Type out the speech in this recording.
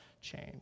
change